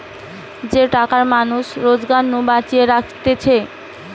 যে টাকা মানুষ রোজগার নু বাঁচিয়ে রাখতিছে